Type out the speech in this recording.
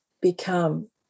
become